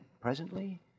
Presently